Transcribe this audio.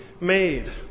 made